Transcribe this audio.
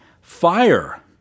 fire